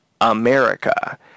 America